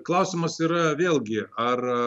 klausimas yra vėlgi ar